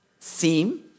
theme